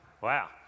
Wow